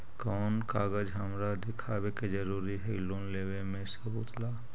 कौन कागज हमरा दिखावे के जरूरी हई लोन लेवे में सबूत ला?